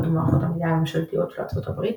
ומערכות המידע הממשלתיות של ארצות הברית